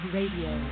Radio